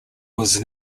was